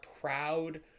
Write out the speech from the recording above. proud